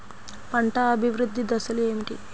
పంట అభివృద్ధి దశలు ఏమిటి?